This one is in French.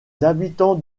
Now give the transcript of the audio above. habitants